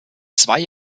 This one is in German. zwei